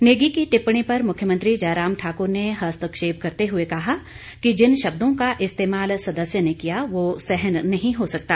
नेगी की टिप्पणी पर मुख्यमंत्री जयराम ठाकूर ने हस्तक्षेप करते हुए कहा कि जिन शब्दों का इस्तेमाल सदस्य ने किया वह सहन नहीं हो सकता